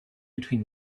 between